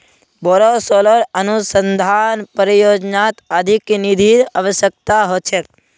बोरो सोलर अनुसंधान परियोजनात अधिक निधिर अवश्यकता ह छेक